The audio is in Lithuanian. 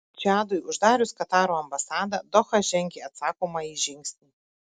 čadui uždarius kataro ambasadą doha žengė atsakomąjį žingsnį